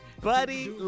Buddy